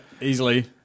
easily